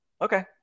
okay